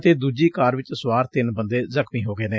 ਅਤੇ ਦੁਜੀ ਕਾਰ ਚ ਸੁਆਰ ਤਿੰਨ ਬੰਦੇ ਜ਼ਖ਼ਮੀ ਹੋ ਗਏ ਨੇ